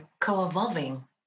co-evolving